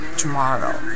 tomorrow